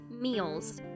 meals